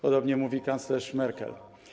Podobnie mówi kanclerz Merkel.